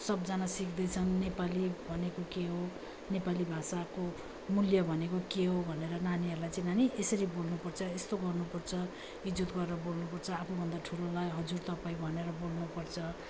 सबजना सिक्दैछन् नेपाली भनेको के हो नेपाली भाषाको मूल्य भनेको के हो भनेर नानीहरूलाई चाहिँ नानी यसरी बोल्नु पर्छ यस्तो गर्नु पर्छ इज्जत गरेर बोल्नु पर्छ आफूभन्दा ठुलोलाई हजुर तपाईँ भनेर बोल्नु पर्छ